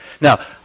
Now